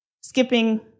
skipping